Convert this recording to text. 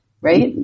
right